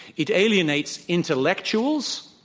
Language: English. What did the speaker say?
it alienates intellectuals,